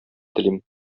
телим